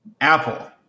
Apple